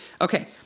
Okay